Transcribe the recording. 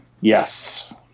Yes